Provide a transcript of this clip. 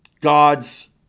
God's